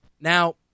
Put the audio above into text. Now